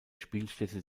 spielstätte